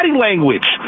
language